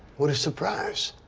what a surprise.